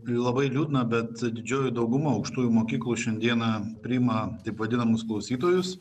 labai liūdna bet didžioji dauguma aukštųjų mokyklų šiandiena priima taip vadinamus klausytojus